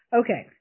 Okay